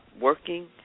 working